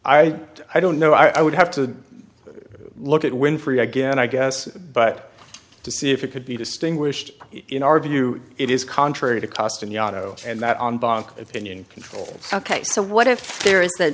i i don't know i would have to look at winfrey again i guess but to see if it could be distinguished in our view it is contrary to cost in the auto and that on bank opinion controls ok so what if there is